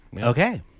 Okay